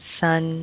sun